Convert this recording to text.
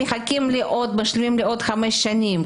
הם מחכים לחמש שנים,